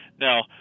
Now